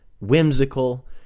whimsical